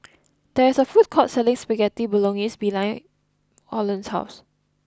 there is a food court selling Spaghetti Bolognese behind Orland's house